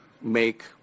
make